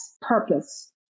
purpose